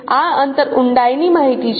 આ અંતર ઊંડાઈની માહિતી છે